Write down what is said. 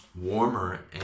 warmer